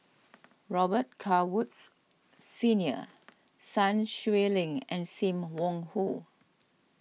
Robet Carr Woods Senior Sun Xueling and Sim Wong Hoo